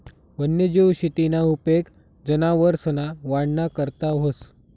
वन्यजीव शेतीना उपेग जनावरसना वाढना करता व्हस